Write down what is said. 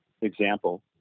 example